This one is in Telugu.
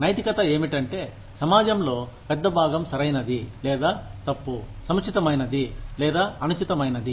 నైతికత ఏమిటంటే సమాజంలో పెద్ద భాగం సరైనది లేదా తప్పు సముచితమైనది లేదా అనుచితమైనది